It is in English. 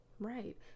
Right